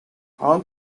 how